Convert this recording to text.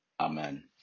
Amen